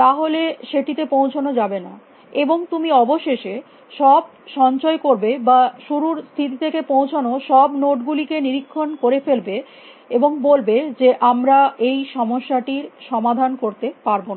তাহলে সেটিতে পৌঁছানো যাবে না এবং তুমি অবশেষে সব সঞ্চয় করবে বা শুরুর স্থিতি থেকে পৌঁছানো সব নোড গুলিকে নিরীক্ষণ করে ফেলবে এবং বলবে যে আমরা এই সমস্যাটির সমাধান করতে পারব না